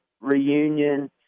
reunion